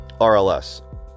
rls